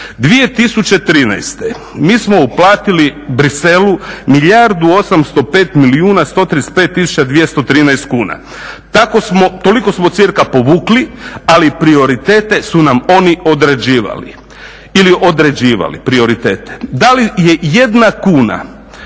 2013. mi smo uplatili Bruxellesu 1 805 135 213 kuna, toliko smo cirka povukli, ali prioritete su nam oni određivali ili određivali